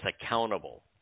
accountable